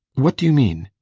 what do you mean?